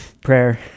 prayer